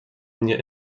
mnie